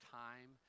time